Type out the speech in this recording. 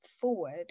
forward